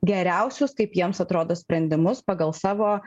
geriausius kaip jiems atrodo sprendimus pagal savo